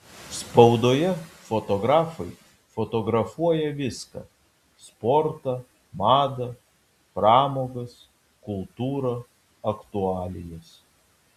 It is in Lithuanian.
spaudoje fotografai fotografuoja viską sportą madą pramogas kultūrą aktualijas